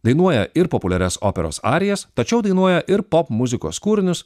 dainuoja ir populiarias operos arijas tačiau dainuoja ir popmuzikos kūrinius